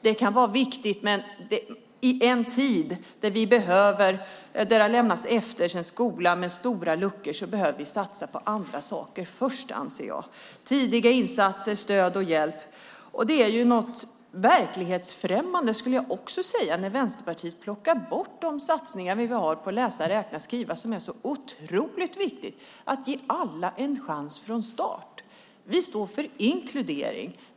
Det kan vara viktigt, men i en tid då en skola med stora luckor har lämnats efter anser jag att vi behöver satsa på andra saker först - tidiga insatser, stöd och hjälp. Jag skulle också vilja säga att det är något verklighetsfrämmande när Vänsterpartiet plockar bort de satsningar vi har på läsa-räkna-skriva, som är så otroligt viktigt. Det handlar om att ge alla en chans från start. Vi står för inkludering.